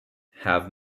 have